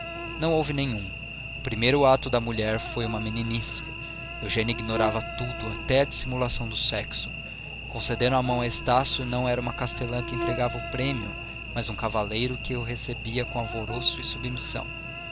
não houve nenhum o primeiro ato da mulher foi uma meninice eugênia ignorava tudo até a dissimulação do sexo concedendo a mão a estácio não era uma castelã que entregava o prêmio mas um cavaleiro que o recebia com alvoroço e submissão